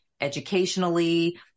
educationally